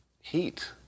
heat